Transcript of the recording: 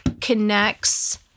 connects